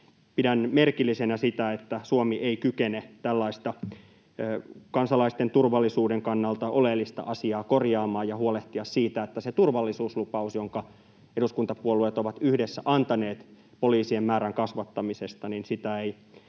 Pidän merkillisenä sitä, että Suomi ei kykene tällaista kansalaisten turvallisuuden kannalta oleellista asiaa korjaamaan ja huolehtimaan siitä turvallisuuslupauksesta, jonka eduskuntapuolueet ovat yhdessä antaneet poliisien määrän kasvattamisesta — sitä ei